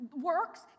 works